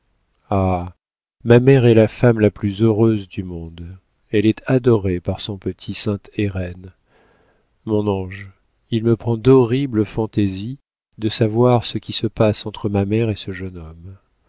ma mère est la femme la plus heureuse du monde elle est adorée par son petit saint héreen mon ange il me prend d'horribles fantaisies de savoir ce qui se passe entre ma mère et ce jeune homme